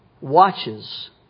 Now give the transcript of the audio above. watches